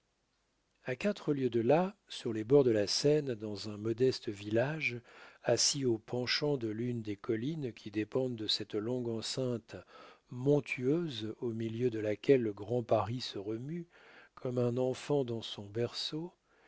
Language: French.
a quatre lieues de là sur les bords de la seine dans un modeste village assis au penchant de l'une des collines qui dépendent de cette longue enceinte montueuse au milieu de laquelle le grand paris se remue comme un enfant dans son berceau